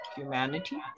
humanity